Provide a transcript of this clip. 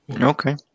Okay